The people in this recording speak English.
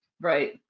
Right